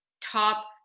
top